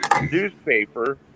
newspaper